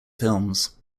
films